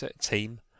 team